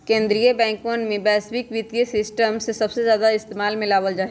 कीन्द्रीय बैंकवन में वैश्विक वित्तीय सिस्टम के सबसे ज्यादा इस्तेमाल में लावल जाहई